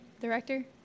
director